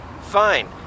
Fine